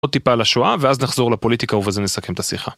עוד טיפה לשואה ואז נחזור לפוליטיקה וזה נסכם את השיחה.